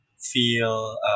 feel